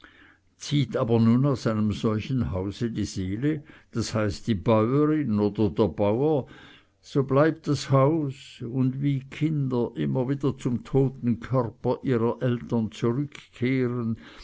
zieht aber nun aus einem solchen hause die seele das heißt die bäurin oder der bauer so bleibt das haus und wie kinder immer wieder zum toten körper ihrer eltern zurückkehren